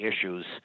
issues